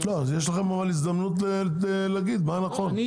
אנחנו --- לא, אז יש לכם הזדמנות להגיד מה נכון.